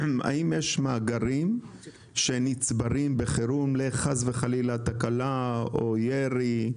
האם יש מאגרים שנצברים בחירום לחס וחלילה תקלה או ירי?